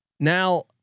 Now